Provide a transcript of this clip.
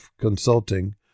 Consulting